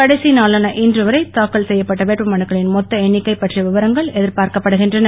கடைசி நாளான இன்று வரை தாக்கல் செய்யப்பட்ட வேட்புமனுக்களின் மொத்த எண்ணிக்கை பற்றிய விவரங்கள் எதிர்பார்க்கப் படுகின்றன